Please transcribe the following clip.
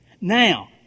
Now